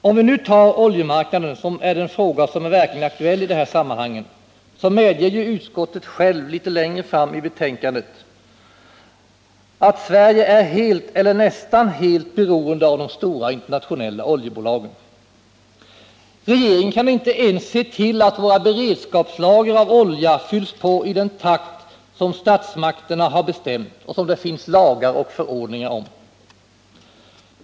Om vi nu tar oljemarknaden som är den fråga som är verkligt aktuell i de här sammanhangen, medger ju utskottet självt litet längre fram i betänkandet att Sverige är helt eller nästan helt beroende av de stora internationella oljebolagen. Regeringen kan inte ens se till att våra beredskapslager av olja fylls på i den takt som statsmakterna har bestämt och som det finns lagar och förordningar om.